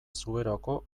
zuberoako